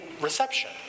reception